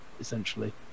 essentially